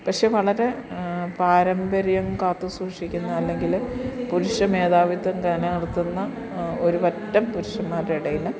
പക്ഷെ വളരെ പാരമ്പര്യം കാത്ത് സൂഷിക്കുന്ന അല്ലെങ്കിൽ പുരുഷ മേധാവിത്വം തന്നെ നടത്തുന്ന ഒരു പറ്റം പുരുഷന്മാരുടെ ഇടയിൽ